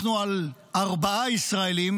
אנחנו על ארבעה ישראלים